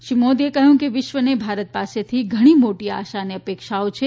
શ્રી મોદીએ કહ્યું કે વિશ્વને ભારત પાસેથી ઘણી મોટી આશાઓ અને અપેક્ષાઓ છે